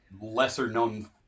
lesser-known